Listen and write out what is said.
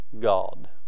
god